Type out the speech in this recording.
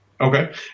Okay